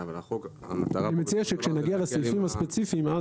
אני מציע שכשנגיע לסעיפים הספציפיים אז